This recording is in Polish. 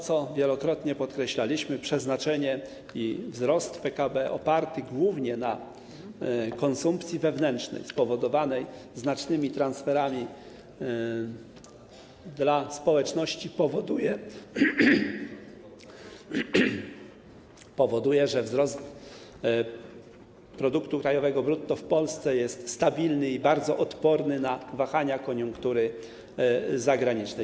Co wielokrotnie podkreślaliśmy, oparcie wzrostu PKB głównie na konsumpcji wewnętrznej spowodowanej znacznymi transferami do społeczności powoduje, że wzrost produktu krajowego brutto w Polsce jest stabilny i bardzo odporny na wahania koniunktury zagranicznej.